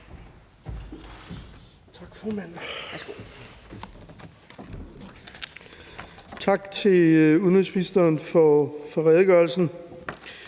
Tak til udenrigsministeren for redegørelsen.